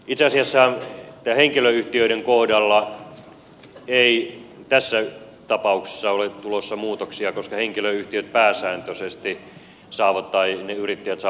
itse asiassa henkilöyhtiöiden kohdalla ei tässä tapauksessa ole tulossa muutoksia koska henkilöyhtiöt tai ne yrittäjät pääsääntöisesti saavat tulonsa palkkatuloina